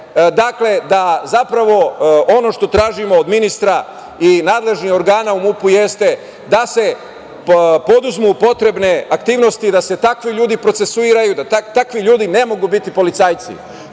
Dakle, ono što tražimo od ministra i nadležnih organa u MUP-u jeste da se preduzmu potrebne aktivnosti, da se takvi ljudi procesuiraju, da takvi ljudi ne mogu biti policajci. Policajac